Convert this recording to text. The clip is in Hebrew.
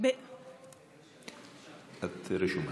את רשומה.